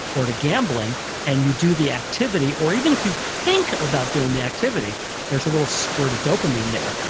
or to gambling and you do the activity or even if you think about doing the activity there's a little squirt of dopamine there.